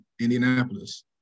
Indianapolis